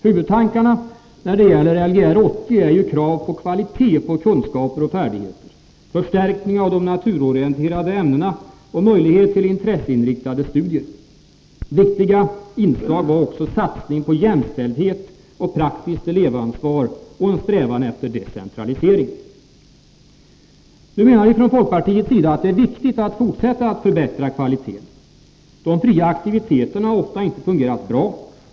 Huvudtankarna när det gäller Lgr 80 är ju krav på kvalitet, på kunskaper och färdigheter, på förstärkning av de naturorienterande ämnena och på möjlighet till intresseinriktade studier. Viktiga inslag är också satsning på jämställdhet och praktiskt elevansvar och en strävan efter decentralisering. Nu menar vi från folkpartiets sida att det är viktigt att fortsätta att förbättra kvaliteten. De fria aktiviteterna har ofta inte fungerat bra.